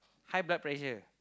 high blood pressure